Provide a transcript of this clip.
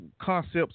concepts